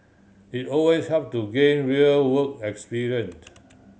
it always help to gain real work experience